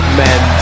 men